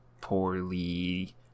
poorly